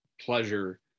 pleasure